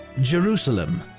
Jerusalem